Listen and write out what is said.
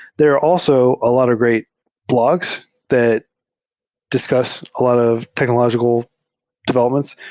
there are also a lot of great blogs that discuss a lot of technological developments.